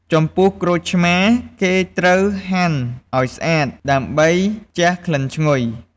ចំពោះក្រូចឆ្មា គេត្រូវហាន់ឱ្យស្អាត ដើម្បីជះក្លិនឈ្ងុយ។